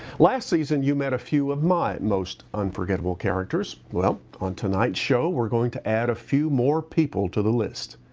last season you met a few of my most unforgettable characters. well, on tonight's show we're going to add a few more people to the list.